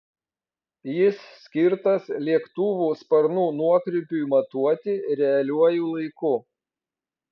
jis skirtas lėktuvų sparnų nuokrypiui matuoti realiuoju laiku